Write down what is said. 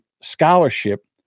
scholarship